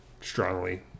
strongly